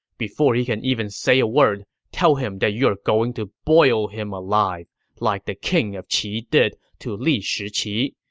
before he can even say a word, tell him you are going to boil him alive like the king of qi did to li shiqi.